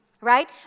right